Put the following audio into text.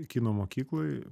kino mokykloj